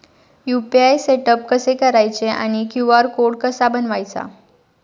UPI setup कसे करायचे आणि क्यू.आर कोड कसा बनवायचा?